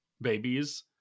babies